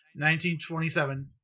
1927